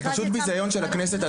זה פשוט ביזיון של הכנסת.